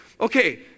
Okay